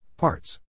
Parts